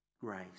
grace